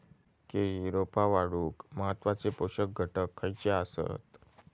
केळी रोपा वाढूक महत्वाचे पोषक घटक खयचे आसत?